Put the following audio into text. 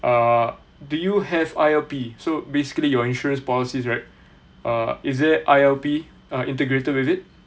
uh do you have I_L_P so basically your insurance policies right uh is there I_L_P uh integrated with it